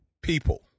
people